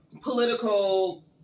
political